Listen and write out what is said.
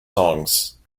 songs